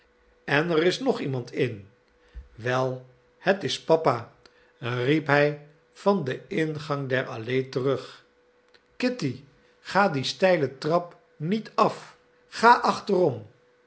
en er is nog iemand in wel het is papa riep hij van den ingang der allee terug kitty ga die steile trap niet af ga achterom